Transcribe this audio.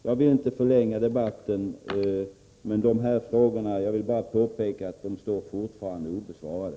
Jag vill inte förlänga debatten ytterligare, utan vill bara påpeka att dessa frågor fortfarande står obesvarade.